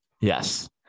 Yes